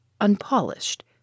unpolished